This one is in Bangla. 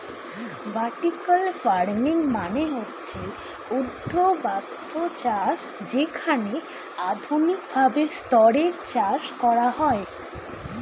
ভার্টিকাল ফার্মিং মানে হচ্ছে ঊর্ধ্বাধ চাষ যেখানে আধুনিক ভাবে স্তরে চাষ করা হয়